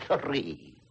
three